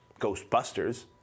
Ghostbusters